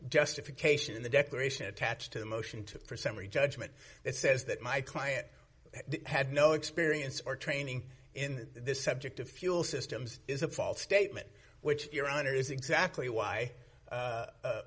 justification in the declaration attached to the motion two percent three judge meant it says that my client had no experience or training in this subject of fuel systems is a false statement which your honor is exactly why